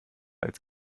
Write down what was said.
als